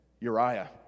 Uriah